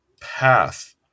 path